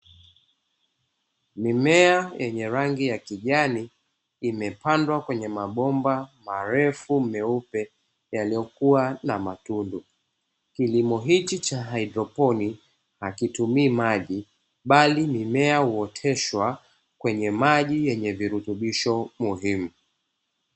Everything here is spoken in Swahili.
Mimea yenye rangi ya kijani imepandwa kwenye mabomba marefu meupe yaliyo kuwa na matundu. Kilimo hichi cha haidroponi hakitumii maji bali mimea huoteshwa kwenye maji yenye virutubisho muhimu.